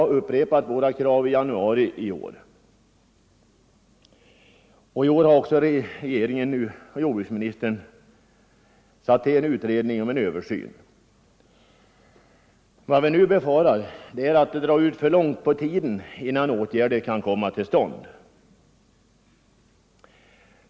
Vi upprepade våra krav i januari i år, och i somras tillsatte jordbruksministern en utredning som skall se över lagen. Vad vi nu befarar är att det kommer att dra för långt ut på tiden innan åtgärder vidtas.